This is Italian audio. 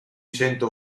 cento